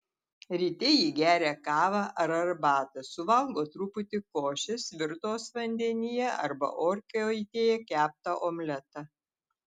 ryte ji geria kavą ar arbatą suvalgo truputį košės virtos vandenyje arba orkaitėje keptą omletą